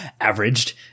Averaged